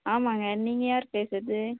ஆமாங்க நீங்கள் யார் பேசுகிறது